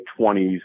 20s